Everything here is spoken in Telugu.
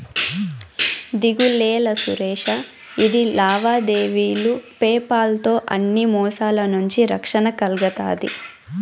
దిగులేలా సురేషా, ఇది లావాదేవీలు పేపాల్ తో అన్ని మోసాల నుంచి రక్షణ కల్గతాది